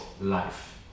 life